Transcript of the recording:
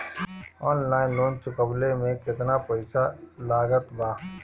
Online loan चुकवले मे केतना पईसा लागत बा?